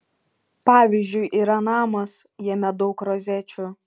pavyzdžiui yra namas jame daug rozečių